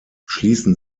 schließen